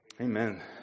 Amen